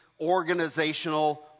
organizational